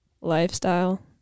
lifestyle